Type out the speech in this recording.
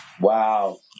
Wow